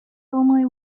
only